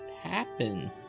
happen